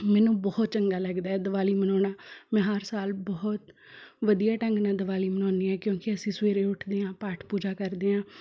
ਮੈਨੂੰ ਬਹੁਤ ਚੰਗਾ ਲੱਗਦਾ ਹੈ ਦੀਵਾਲੀ ਮਨਾਉਣਾ ਮੈਂ ਹਰ ਸਾਲ ਬਹੁਤ ਵਧੀਆ ਢੰਗ ਨਾਲ ਦੀਵਾਲੀ ਮਨਾਉਂਦੀ ਹਾਂ ਕਿਉਂਕਿ ਅਸੀਂ ਸਵੇਰੇ ਉੱਠਦੇ ਹਾਂ ਪਾਠ ਪੂਜਾ ਕਰਦੇ ਹਾਂ